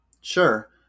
Sure